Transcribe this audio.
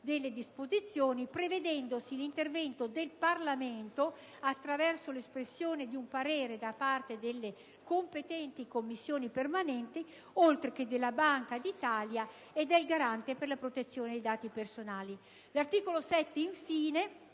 delle disposizioni, prevedendosi l'intervento del Parlamento, attraverso l'espressione di un parere da parte delle competenti Commissioni permanenti, oltre che della Banca d'Italia e del Garante per la protezione dei dati personali. L'articolo 7, infine,